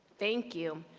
thank you.